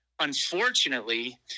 Unfortunately